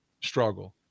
struggle